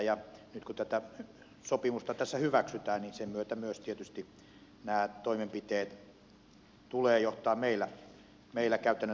nyt kun tätä sopimusta tässä hyväksytään niin sen myötä myös tietysti näiden toimenpiteiden tulee johtaa meillä käytännön toimiin